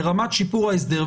ברמת שיפור ההסדר,